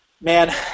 man